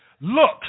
look